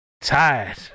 Tired